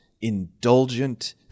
indulgent